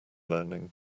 learning